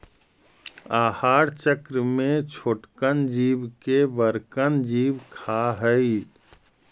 आहार चक्र में छोटकन जीव के बड़कन जीव खा हई